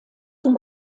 zum